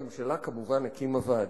הממשלה כמובן הקימה ועדה.